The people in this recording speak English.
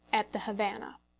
at the havannah.